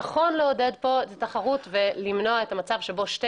נכון לעודד פה תחרות ולמנוע את המצב שבו שתי